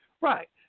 Right